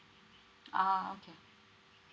ah okay